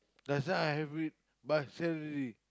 last time I have it but I sell already